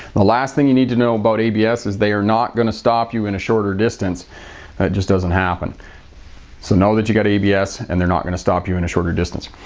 the last thing you need to know about abs is they are not going to stop you in a shorter distance. it just doesn't happen so know that if you got abs and they're not going to stop you in a shorter distance.